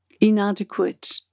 inadequate